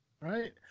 Right